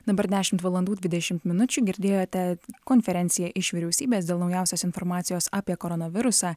dabar dešimt valandų dvidešimt minučių girdėjote konferenciją iš vyriausybės dėl naujausios informacijos apie koronavirusą